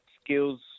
skills